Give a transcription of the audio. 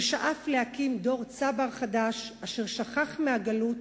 ששאף להקים דור צבר חדש, אשר שכח מהגלות